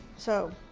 so,